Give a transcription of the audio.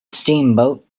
steamboat